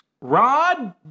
Rod